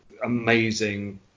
amazing